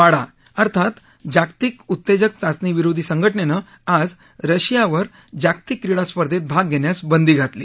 वाडा अर्थात जागतिक उत्तेजक चाचणी विरोधी संघटनेनं आज रशियावर जागतिक क्रीडास्पर्धेत भाग घेण्यास बंदी घातली